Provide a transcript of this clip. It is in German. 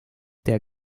der